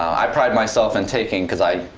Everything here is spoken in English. i pride myself in taking because i.